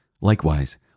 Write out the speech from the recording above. Likewise